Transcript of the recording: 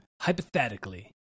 hypothetically